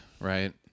right